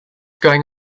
going